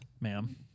ma'am